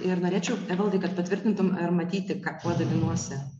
ir norėčiau evaldai kad patvirtintum ar matyti ką kuo dalinuosi